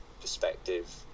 perspective